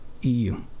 EU